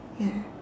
ya